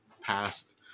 past